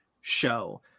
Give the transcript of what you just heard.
show